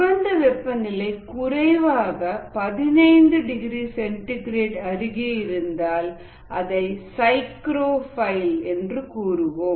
உகந்த வெப்பநிலை குறைவாக 15 டிகிரி சென்டிகிரேட்அருகே இருந்தால் அதை சைக்ரோஃபைல் என்று கூறுவோம்